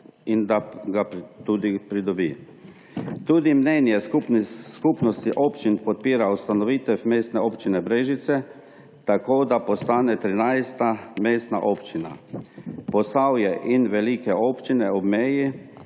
in da ga tudi pridobi. Tudi mnenje skupnosti občin podpira ustanovitev mestne občine Brežice tako, da postane 13. mestna občina. Posavje in velike občine ob meji